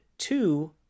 Two